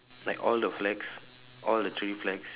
like all the flags all the three flags